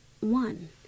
One